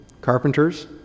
carpenters